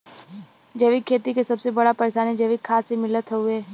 जैविक खेती के सबसे बड़ा परेशानी जैविक खाद के मिलले हौ